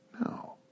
No